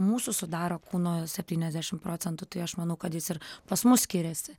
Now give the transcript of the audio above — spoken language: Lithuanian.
mūsų sudaro kūno septyniasdešim procentų tai aš manau kad jis ir pas mus skiriasi